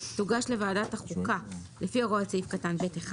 תוגש לוועדת החוקה לפי הוראות סעיף קטן (ב1),